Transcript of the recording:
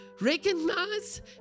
Recognize